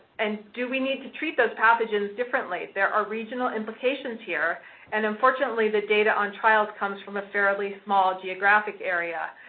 and do we need to treat those pathogens differently? there are regional implications here and, unfortunately, the data on trials come from a fairly small geographic area.